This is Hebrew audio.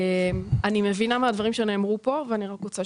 אני מבינה מהדברים שנאמרו פה ואני רק רוצה